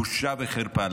בושה וחרפה.